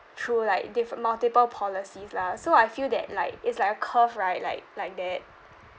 through like diffe~ multiple policies lah so I feel that like it's like a curve right like like that